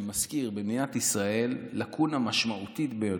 אני מזכיר, במדינת ישראל יש לקונה משמעותית ביותר,